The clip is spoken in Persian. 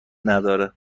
نداره